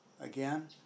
Again